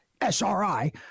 SRI